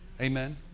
Amen